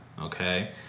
okay